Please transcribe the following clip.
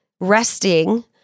resting